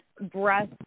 breast